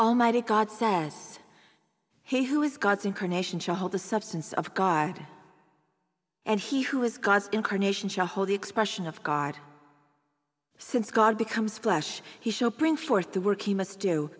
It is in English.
almighty god says he who is god's incarnation shall hold the substance of god and he who is god's incarnation shall hold the expression of god since god becomes flesh he shall bring forth the work he must do